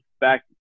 back